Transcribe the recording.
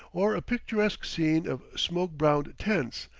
or a picturesque scene of smoke-browned tents,